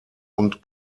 und